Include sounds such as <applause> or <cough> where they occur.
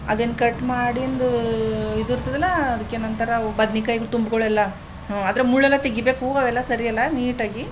ಅದೇನು ಕಟ್ ಮಾಡಿದ್ದು ಇದಿರ್ತದಲ್ಲ ಅದಕ್ಕೆ ಏನಂತಾರೆ ಬದನೇಕಾಯಿ ತುಂಬುಗಳೆಲ್ಲ ಹಾಂ ಅದರ ಮುಳ್ಳೆಲ್ಲ ತೆಗೀಬೇಕು <unintelligible> ಸರಿಯಲ್ಲ ನೀಟಾಗಿ